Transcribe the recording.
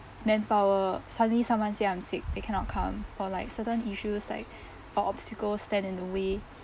manpower suddenly someone say I'm sick they cannot come or like certain issues like or obstacle stand in the way